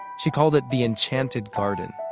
she called it the enchanted garden.